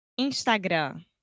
Instagram